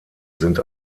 sind